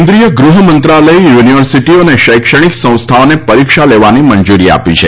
કેન્દ્રીય ગૃહ મંત્રાલયે યુનિવર્સિટીઓ અને શૈક્ષણિક સંસ્થાઓને પરીક્ષા લેવાની મંજુરી આપી છે